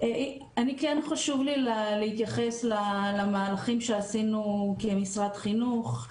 אם אפשר אז אני כן ארצה להתייחס למהלכים שעשינו כמשרד חינוך.